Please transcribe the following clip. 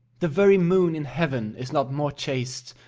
the very moon in heaven is not more chaste.